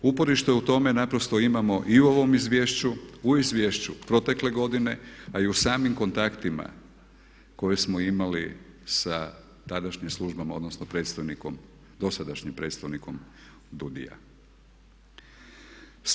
Uporište u tome naprosto imamo i u ovom izvješću, u izvješću protekle godine a i u samim kontaktima koje smo imali sa tadašnjim službama, odnosno predstojnikom, dosadašnjim predstavnikom DUUDI-a.